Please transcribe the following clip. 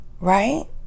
right